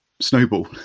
snowball